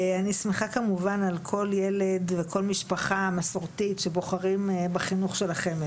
אני שמחה כמובן על כל ילד וכל משפחה מסורתית שבוחרים בחינוך של החמ"ד.